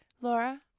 Laura